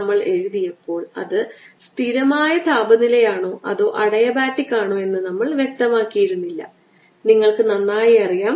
ഷെല്ലിന് സമീപമുള്ള charge density എന്താണെന്ന് നമുക്ക് നോക്കാം